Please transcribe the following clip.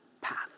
path